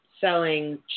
selling